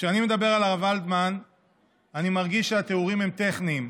כשאני מדבר על הרב ולדמן אני מרגיש שהתיאורים הם טכניים,